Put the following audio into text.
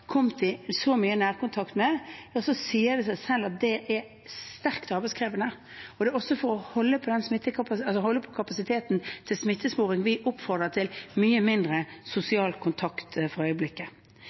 sier det seg selv at det er sterkt arbeidskrevende. Det er også for å holde på kapasiteten til smittesporing at vi oppfordrer til mye mindre